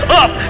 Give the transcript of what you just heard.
up